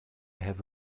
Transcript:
have